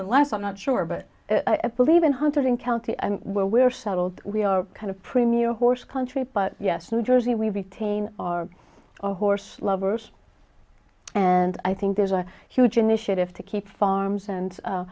and less i'm not sure but i believe in hunterdon county where we're settled we are kind of premier horse country but yes new jersey we retain our a horse lovers and i think there's a huge initiative to keep farms and